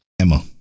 Emma